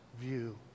view